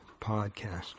podcast